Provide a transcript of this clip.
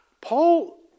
Paul